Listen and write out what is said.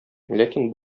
ләкин